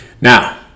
Now